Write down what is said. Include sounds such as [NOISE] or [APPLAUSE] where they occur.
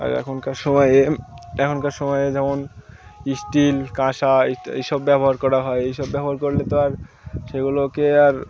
আর এখনকার সময়ে এখনকার সময়ে যেমন স্টিল কাঁসা [UNINTELLIGIBLE] এই সব ব্যবহার করা হয় এই সব ব্যবহার করলে তো আর সেগুলোকে আর